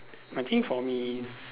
I think for me is